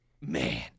man